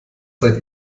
seid